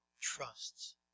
trusts